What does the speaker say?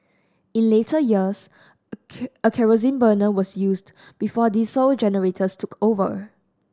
in later years a kerosene burner was used before diesel generators took over